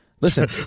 listen